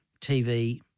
TV